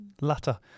latter